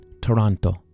Toronto